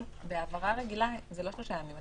בהעברה רגילה זה לא שלושה ימים,